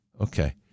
Okay